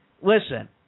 listen